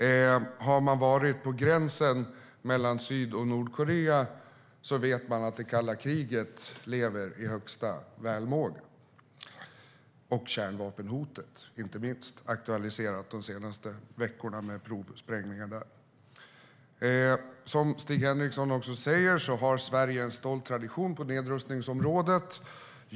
Om man har varit vid gränsen mellan Sydkorea och Nordkorea vet man att det kalla kriget lever i högönsklig välmåga. Det gäller inte minst kärnvapenhotet som med tanke på provsprängningarna där de senaste veckorna har aktualiserats. Som Stig Henriksson också säger har Sverige en stolt tradition på nedrustningsområdet.